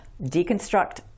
deconstruct